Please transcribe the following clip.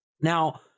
Now